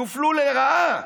יופלו לרעה.